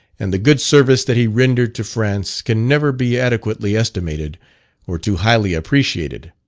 and the good service that he rendered to france, can never be adequately estimated or too highly appreciated.